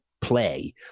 play